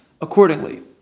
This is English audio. accordingly